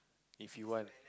if you want